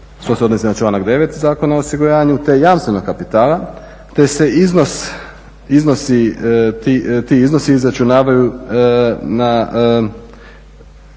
članak 9. Zakona o osiguranju te jamstvenog kapitala te se ti iznosi izračunavaju tako